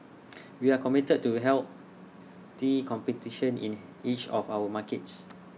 we are committed to healthy competition in each of our markets